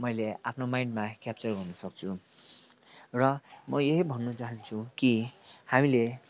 मैले आफ्नो माइन्डमा क्याप्चर गर्नु सक्छु र म यही भन्नु चाहन्छु कि हामीले